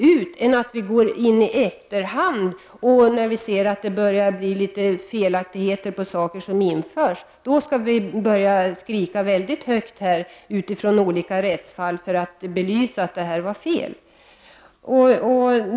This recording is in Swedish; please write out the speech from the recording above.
Det är bättre än att vi går in i efterhand när vi ser att felaktiga saker införts och då börjar skrika högt med utgångspunkt i olika rättsfall för att belysa att det var fel.